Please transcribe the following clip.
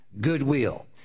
Goodwill